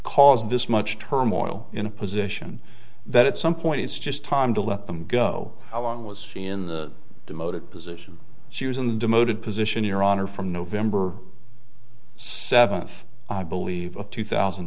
caused this much turmoil in a position that at some point is just time to let them go along was she in the demoted position she was in the demoted position your honor from november seventh i believe of two thousand